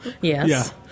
Yes